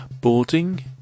Boarding